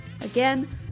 Again